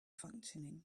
functioning